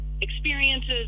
experiences